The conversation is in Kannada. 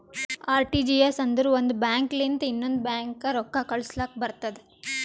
ಆರ್.ಟಿ.ಜಿ.ಎಸ್ ಅಂದುರ್ ಒಂದ್ ಬ್ಯಾಂಕ್ ಲಿಂತ ಇನ್ನೊಂದ್ ಬ್ಯಾಂಕ್ಗ ರೊಕ್ಕಾ ಕಳುಸ್ಲಾಕ್ ಬರ್ತುದ್